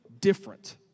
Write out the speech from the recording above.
different